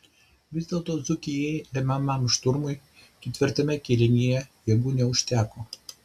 vis dėlto dzūkijai lemiamam šturmui ketvirtajame kėlinyje jėgų neužteko